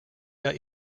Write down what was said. der